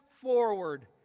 forward